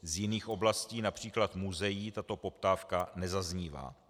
Z jiných oblastí, například muzeí, tato poptávka nezaznívá.